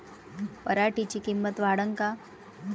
पराटीची किंमत वाढन का?